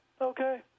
Okay